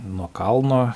nuo kalno